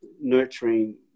Nurturing